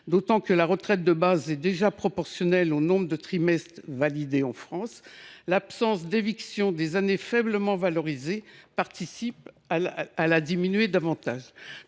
en France. La retraite de base est déjà proportionnelle au nombre de trimestres validés en France et l’absence d’éviction des années faiblement valorisées contribue à la réduire davantage.